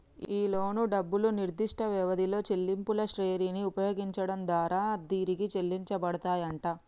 ఈ లోను డబ్బులు నిర్దిష్ట వ్యవధిలో చెల్లింపుల శ్రెరిని ఉపయోగించడం దారా తిరిగి చెల్లించబడతాయంట